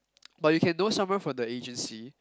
but you can know someone from the agency